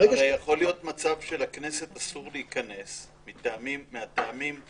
הרי יכול להיות מצב שלכנסת אסור להיכנס מטעמים בריאותיים,